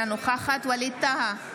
אינה נוכחת ווליד טאהא,